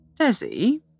Desi